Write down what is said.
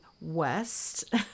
West